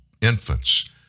infants